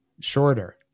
shorter